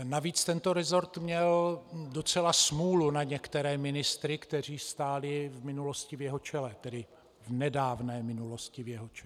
Navíc tento resort měl docela smůlu na některé ministry, kteří stáli v minulosti v jeho čele, tedy v nedávné minulosti v jeho čele.